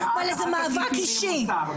את אל תטיפי לי מוסר.